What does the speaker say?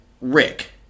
Rick